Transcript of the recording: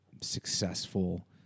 successful